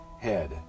head